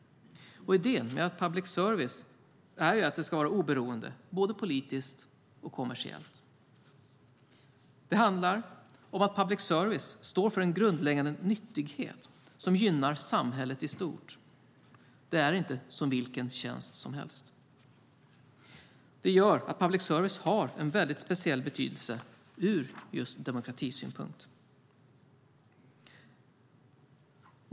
Idén med public service är att den ska vara oberoende, både politiskt och kommersiellt. Det handlar om att public service står för en grundläggande nyttighet som gynnar samhället i stort. Det är inte som vilken tjänst som helst. Det gör att public service har en speciell betydelse ur just demokratisynpunkt.